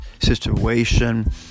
situation